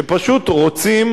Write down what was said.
שפשוט רוצים